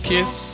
Kiss